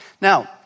Now